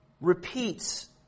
repeats